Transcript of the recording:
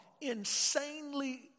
insanely